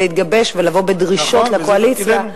להתגבש ולבוא בדרישות לקואליציה.